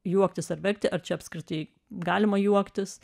juoktis ar verkti ar čia apskritai galima juoktis